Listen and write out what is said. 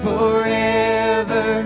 Forever